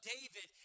David